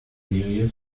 serie